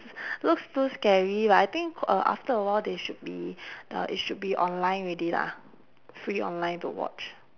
looks too scary but I think c~ uh after a while they should be uh it should online already lah free online to watch